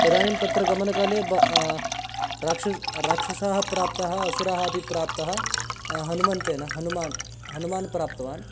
तदानीं तत्र गमनकाले ब राक्षसः राक्षसाः प्राप्ताः असुराः अपि प्राप्ताः हनूमन्तेन हनूमान् हनूमान् प्राप्तवान्